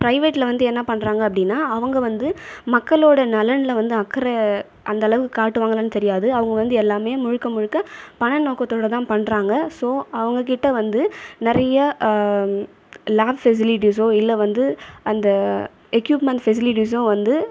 ப்ரைவட்டில் வந்து என்ன பண்ணுறாங்க அப்படின்னா அவங்க வந்து மக்களோட நலனில் வந்து அக்கறை அந்தளவு காட்டுவாங்களானு தெரியாது அவங்க வந்து எல்லாமே முழுக்க முழுக்க பண நோக்கத்தோடுதான் பண்ணுறாங்க ஸோ அவங்க கிட்டே வந்து நிறைய லாப் ஃபெசிலிட்டிஸோ இல்லை வந்து அந்த எக்யூப்மென்ட் ஃபெசிலிட்டிஸோ வந்து